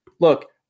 Look